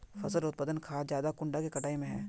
फसल उत्पादन खाद ज्यादा कुंडा के कटाई में है?